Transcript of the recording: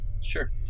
Sure